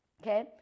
okay